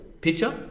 picture